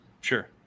Sure